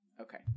Okay